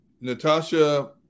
Natasha